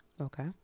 Okay